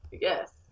Yes